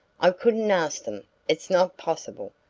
i couldn't ask them it's not possible.